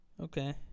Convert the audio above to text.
Okay